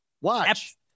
watch